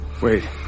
Wait